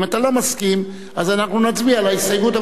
אם אתה לא מסכים, אנחנו נצביע על ההסתייגות.